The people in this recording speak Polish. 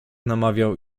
namawiał